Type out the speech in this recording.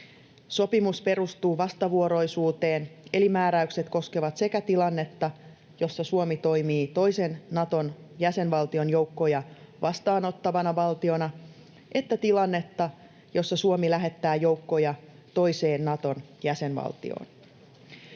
Sopimus perustuu vastavuoroisuuteen, eli määräykset koskevat sekä tilannetta, jossa Suomi toimii toisen Naton jäsenvaltion joukkoja vastaanottavana valtiona, että tilannetta, jossa Suomi lähettää joukkoja toiseen Naton jäsenvaltioon.